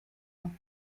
ans